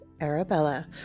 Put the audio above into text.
Arabella